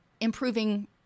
improving